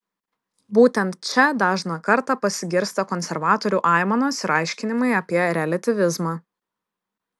būtent čia dažną kartą pasigirsta konservatorių aimanos ir aiškinimai apie reliatyvizmą